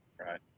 Right